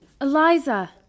Eliza